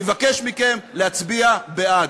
אני מבקש מכם להצביע בעד.